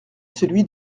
celui